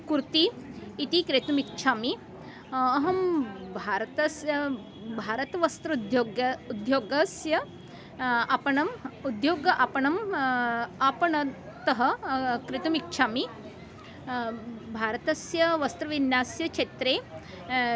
कुर्ति इति क्रेतुम् इच्छामि अहं भारतस्य भारतवस्त्रं उद्योगं उद्योगस्य आपणम् उद्योगे आपणम् आपणतः क्रेतुम् इच्छामि भारतस्य वस्त्रविन्यास्य क्षेत्रे